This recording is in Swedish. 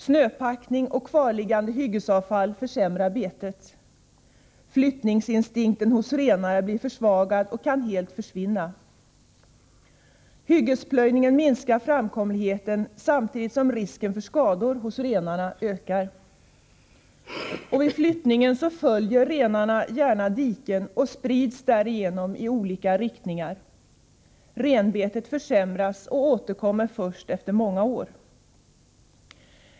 Snöpackning och kvarliggande hyggesavfall försämrar betet. Flyttningsinstinkten hos renarna blir försvagad och kan helt försvinna. Hyggesplöjningen minskar framkomligheten samtidigt som risken för skador hos renarna ökar. Vid flyttningen följer renarna gärna diken och sprids därigenom i olika riktningar. Renbetet försämras och återkommer först efter många år.